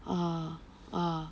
ah ah